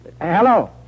Hello